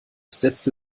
setzte